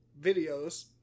videos